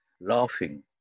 laughing